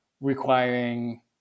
requiring